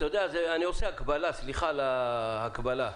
סליחה על ההקבלה.